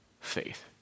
faith